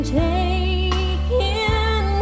taking